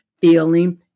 Feeling